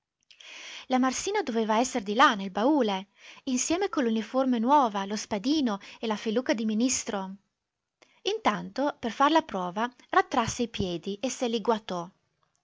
la marsina doveva esser di là nel baule insieme con l'uniforme nuova lo spadino e la feluca di ministro intanto per far la prova rattrasse i piedi e se li guatò